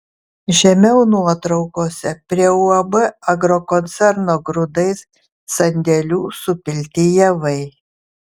žemiau nuotraukose prie uab agrokoncerno grūdai sandėlių supilti javai